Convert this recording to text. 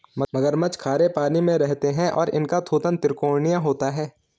मगरमच्छ खारे पानी में रहते हैं और इनका थूथन त्रिकोणीय होता है